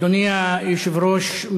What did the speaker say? אדוני היושב-ראש,